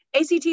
ACT